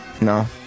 No